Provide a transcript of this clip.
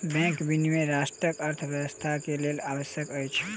bank विनियमन राष्ट्रक अर्थव्यवस्था के लेल आवश्यक अछि